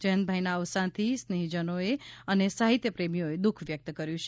જયંતભાઇના અવસાનથી સ્નેહજનોએ અને સાહિત્યપ્રેમીઓએ દુઃખ વ્યક્ત કર્યું છે